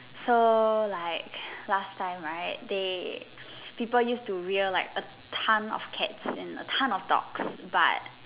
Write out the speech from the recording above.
so like last time right they people use to rear a tons of cats and a ton of dogs but